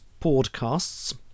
podcasts